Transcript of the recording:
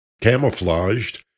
camouflaged